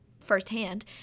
firsthand